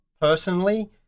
personally